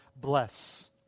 bless